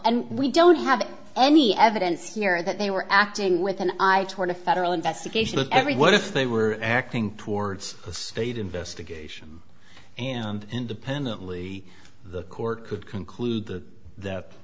and we don't have any evidence here that they were acting with an eye toward a federal investigation that everyone if they were acting towards a state investigation and independently the court could conclude that